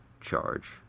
charge